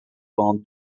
pendant